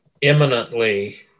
imminently